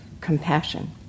compassion